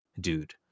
dude